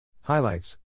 Highlights